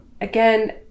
again